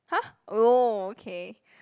!huh! oh okay